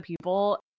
people